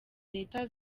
leta